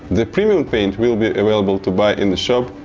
the premium paint will be available to buy in the shop,